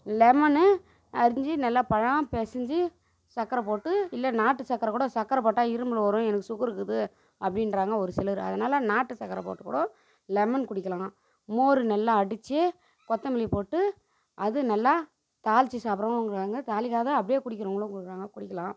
லெமன்னு அரிஞ்சு நல்லா பழம் பெசைஞ்சி சக்கரை போட்டு இல்லை நாட்டு சக்கரை கூட சக்கரை போட்டால் இருமல் வரும் எனக்கு சுகர் இருக்குது அப்படின்றவங்க ஒரு சிலர் அதனால் நாட்டு சக்கரை போட்டு கூட லெமன் குடிக்கலாம் மோர் நல்லா அடித்து கொத்தமல்லி போட்டு அது நல்லா தாளித்து சாப்பிட்றவங்களும் இருக்காங்க தாளிக்காது அப்படியே குடிக்கிறவங்களும் இருக்காங்க குடிக்கலாம்